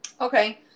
Okay